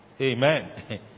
Amen